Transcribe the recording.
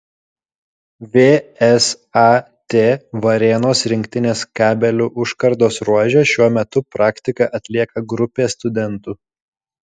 vsat varėnos rinktinės kabelių užkardos ruože šiuo metu praktiką atlieka grupė studentų